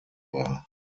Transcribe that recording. war